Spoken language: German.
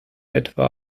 etwa